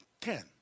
Ten